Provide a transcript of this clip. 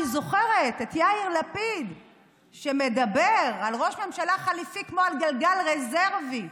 אני זוכרת את יאיר לפיד שמדבר על ראש ממשלה חליפי כמו על גלגל רזרבי,